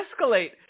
escalate